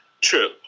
True